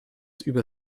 über